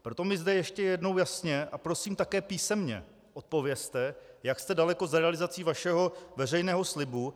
Proto mi zde ještě jednou jasně, a prosím také písemně, odpovězte, jak jste daleko s realizací vašeho veřejného slibu.